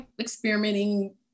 experimenting